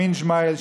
אמין ג'ומאייל,